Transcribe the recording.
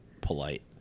polite